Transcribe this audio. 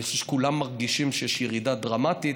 אני חושב שכולם מרגישים שיש ירידה דרמטית.